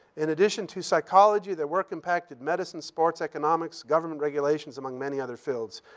in addition to psychology, their work impacted medicine, sports, economics, government regulations, among many other fields.